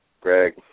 Greg